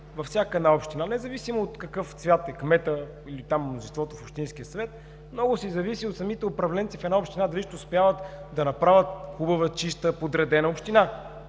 във всяка една община, независимо от какъв цвят е кметът, или там мнозинството в общинския съвет, много си зависи от самите управленци в една община дали ще успяват да направят хубава, чиста, подредена община.